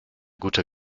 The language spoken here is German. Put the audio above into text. guter